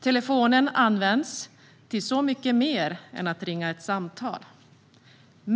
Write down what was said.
Telefonen används till mycket mer än att ringa ett samtal.